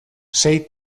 sei